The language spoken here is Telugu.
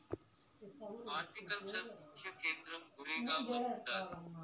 హార్టికల్చర్ ముఖ్య కేంద్రం గురేగావ్ల ఉండాది